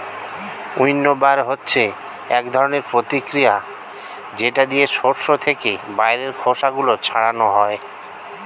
উইন্নবার হচ্ছে এক ধরনের প্রতিক্রিয়া যেটা দিয়ে শস্য থেকে বাইরের খোসা গুলো ছাড়ানো হয়